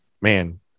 man